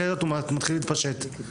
אחרת הוא מתחיל להתפשט.